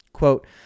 Quote